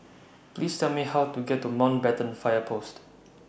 Please Tell Me How to get to Mountbatten Fire Post